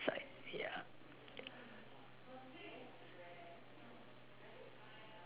side yeah